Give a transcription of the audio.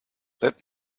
let